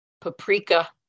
paprika